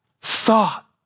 thought